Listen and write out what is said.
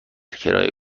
کرایه